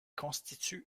constitue